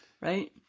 Right